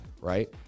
Right